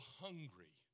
hungry